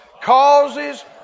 causes